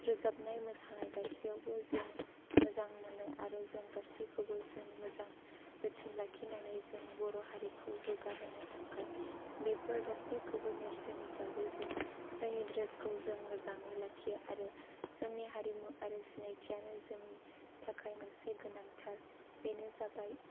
रोजाबनाय मोसानाय गासैयावबो जों मोजां मोनो आरो जों गासैखौबो जों मोजां जोथोन लाखिनानै जों बर' हारिखौ जौगाहोनो थाखाय बेफोर गासैखौबो नेरसोन हिसाबै जों जोंनि द्रेसखौ जों मोजाङै लाखियो आरो जोंनि हारिमु आरो सिनायथियानो जोंनि थाखाय मोनसे गोनांथार बेनो जाबाय